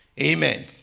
Amen